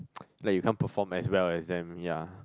like you can't perform as well them ya